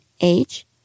age